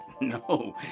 No